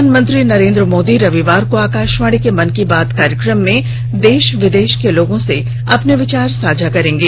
प्रधानमंत्री नरेन्द्र मोदी रविवार को आकाशवाणी के मन की बात कार्यक्रम में देश और विदेश के लोगों से अपने विचार साझा करेंगे